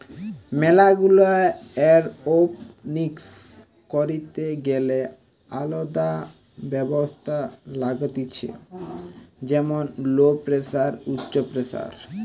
ম্যালা গুলা এরওপনিক্স করিতে গ্যালে আলদা ব্যবস্থা লাগতিছে যেমন লো প্রেসার, উচ্চ প্রেসার